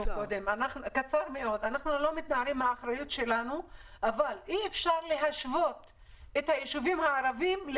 אנחנו ברלב"ד בוודאי מקצים תקציבים נפרדים לחברה הערבית,